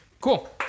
Cool